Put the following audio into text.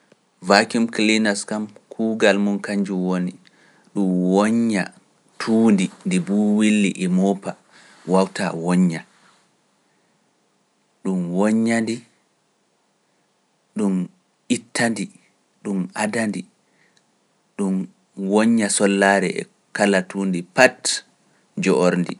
Vacuum kiliinas kam kuugal mun kanjum woni ɗum woña tuundi ndi buu willi e moopa wawtaa wonña. Ɗum wonña ndi, ɗum itta ndi, ɗum adda ndi, ɗum wonña sollaare e kala tuundi pat joorndi.